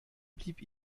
blieb